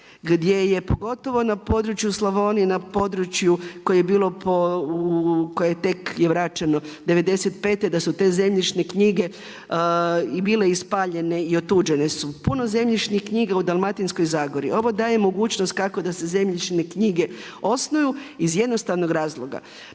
gdje je pogotovo na području Slavonije, na području koje je bilo po, koje tek je vraćeno '95. da su te zemljišne knjige i bile i spaljene i otuđene su. Puno zemljišnih knjiga u Dalmatinskoj zagori. Ovo daje mogućnost kako da se zemljišne knjige osnuju iz jednostavnog razloga.